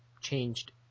changed